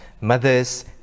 mothers